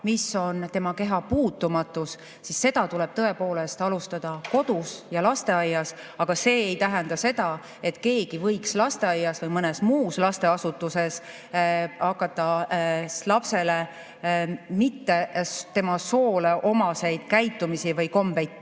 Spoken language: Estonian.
mis on tema keha puutumatus – seda tuleb tõepoolest alustada kodus ja lasteaias. Aga see ei tähenda seda, et keegi võiks lasteaias või mõnes muus lasteasutuses hakata lastele mitte nende soole omast käitumist või